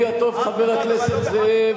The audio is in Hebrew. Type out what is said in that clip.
חבר הכנסת זאב,